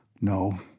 No